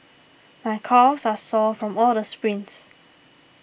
my calves are sore from all the sprints